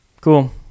Cool